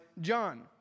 John